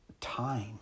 time